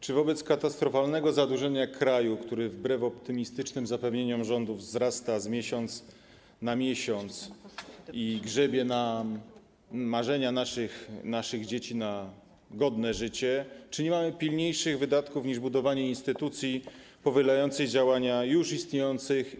Czy wobec katastrofalnego zadłużenia kraju, które wbrew optymistycznym zapewnieniom rządu wzrasta z miesiąca na miesiąc i grzebie marzenia naszych dzieci o godnym życiu, nie mamy pilniejszych wydatków niż budowanie instytucji powielającej działania instytucji już istniejących?